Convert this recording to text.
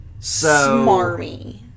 smarmy